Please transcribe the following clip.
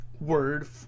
word